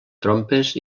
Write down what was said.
trompes